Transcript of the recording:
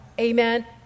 amen